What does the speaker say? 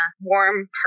warm